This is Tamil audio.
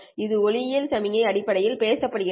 இது ஒளியியல் சமிக்ஞைகள் அடிப்படையில் பேசப்படுகிறது